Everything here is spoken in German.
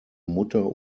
mutter